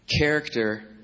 character